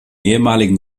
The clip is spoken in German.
ehemaligen